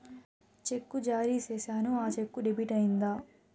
చెక్కు జారీ సేసాను, ఆ చెక్కు డెబిట్ అయిందా